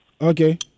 Okay